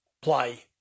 play